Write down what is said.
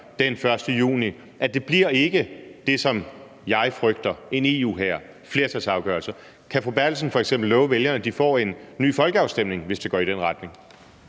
den 1. juni, om, at det ikke bliver det, som jeg frygter, altså en EU-hær, flertalsafgørelser? Kan fru Anne Valentina Berthelsen f.eks. love vælgerne, at de får en ny folkeafstemning, hvis det går i den retning?